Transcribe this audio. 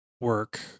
work